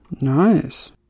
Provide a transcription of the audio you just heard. Nice